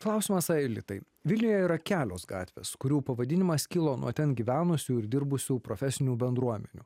klausimas aelitai vilniuje yra kelios gatvės kurių pavadinimas kilo nuo ten gyvenusių ir dirbusių profesinių bendruomenių